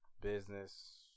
business